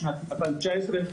בשנת 2019,